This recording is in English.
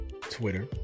Twitter